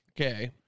Okay